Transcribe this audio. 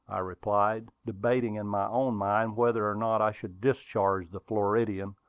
i replied, debating in my own mind whether or not i should discharge the floridian,